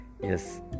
Yes